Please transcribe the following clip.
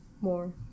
More